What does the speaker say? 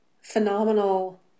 phenomenal